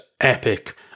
epic